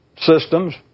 systems